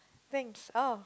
thanks oh